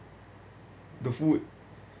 the food